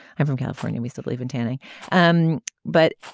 i'm from california recently, even tanning um but